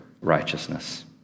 righteousness